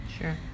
Sure